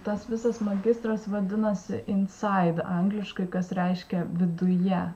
tas visas magistras vadinasi insaid angliškai kas reiškia viduje